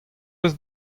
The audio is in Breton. eus